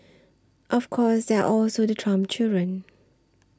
of course there are also the Trump children